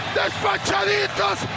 despachaditos